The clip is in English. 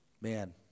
man